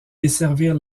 desservir